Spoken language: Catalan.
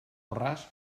ras